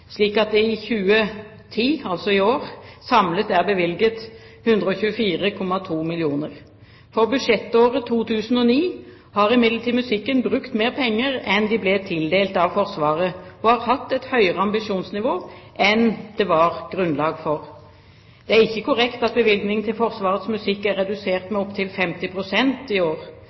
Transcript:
slik at det i 2010 – altså i år – samlet er bevilget 124,2 mill. For budsjettåret 2009 har imidlertid musikken brukt mer penger enn de ble tildelt av Forsvaret, og har hatt et høyere ambisjonsnivå enn det var grunnlag for. Det er ikke korrekt at bevilgningen til Forsvarets musikk er redusert med opptil 50 pst. i år,